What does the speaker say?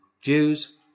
Jews